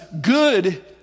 good